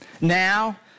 Now